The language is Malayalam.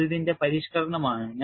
അത് ഇതിന്റെ പരിഷ്ക്കരണം ആണ്